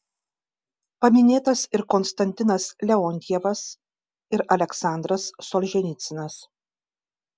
paminėtas ir konstantinas leontjevas ir aleksandras solženicynas